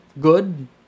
good